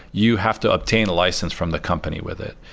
you have to obtain a license from the company with it.